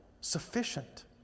Sufficient